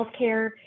healthcare